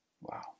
Wow